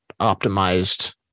optimized